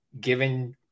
given